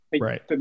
Right